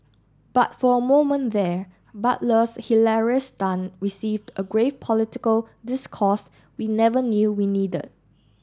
but for a moment there Butler's hilarious stunt received a grave political discourse we never knew we needed